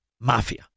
Mafia